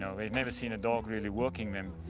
they've never seen a dog really working them.